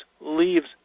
leaves